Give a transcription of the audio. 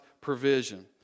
provision